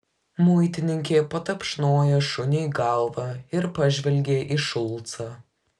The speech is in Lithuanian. muitininkė patapšnojo šuniui galvą ir pažvelgė į šulcą